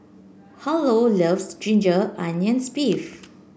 Harlow loves Ginger Onions beef